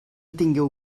tingueu